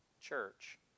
church